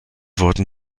wurden